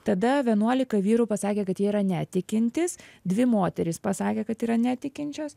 tada vienuolika vyrų pasakė kad jie yra netikintys dvi moterys pasakė kad yra netikinčios